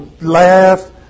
laugh